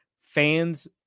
fans